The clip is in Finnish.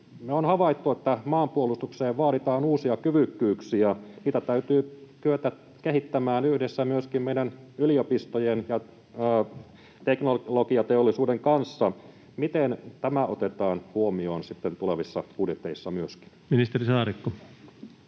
me on havaittu, että maanpuolustukseen vaaditaan uusia kyvykkyyksiä. Niitä täytyy kyetä kehittämään yhdessä myöskin meidän yliopistojen ja teknologiateollisuuden kanssa. Miten tämä otetaan huomioon sitten tulevissa budjeteissa myöskin? Ministeri Saarikko.